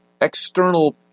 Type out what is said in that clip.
external